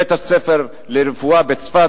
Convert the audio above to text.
בית-הספר לרפואה בצפת,